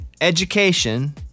Education